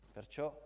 Perciò